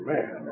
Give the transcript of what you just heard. Man